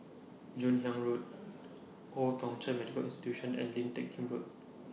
Joon Hiang Road Old Thong Chai Medical Institution and Lim Teck Kim Road